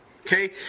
Okay